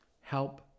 Help